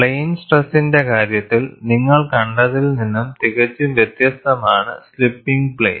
plain സ്ട്രെസ്സിന്റെ കാര്യത്തിൽ നിങ്ങൾ കണ്ടതിൽ നിന്ന് തികച്ചും വ്യത്യസ്തമാണ് സ്ലിപ്പിങ് പ്ലെയിൻ